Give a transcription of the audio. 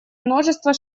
множества